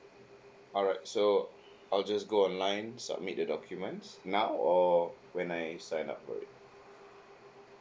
alright so I'll just go online submit the documents now or when I sign up for it